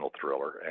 thriller